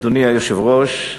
אדוני היושב-ראש,